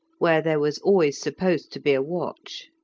where there was always supposed to be a watch.